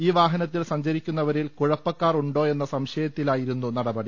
ഈ വാഹനത്തിൽ സഞ്ചരിക്കുന്നവരിൽ കുഴപ്പക്കാർ ഉണ്ടോ എന്ന സംശയത്തിലായിരുന്നു നടപടി